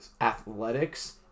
athletics